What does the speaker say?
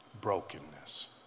brokenness